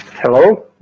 Hello